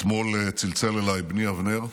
אתמול צלצל אליי בני אבנר,